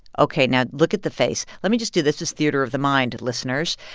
ok, now look at the face. let me just do this this theater of the mind, listeners.